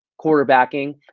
quarterbacking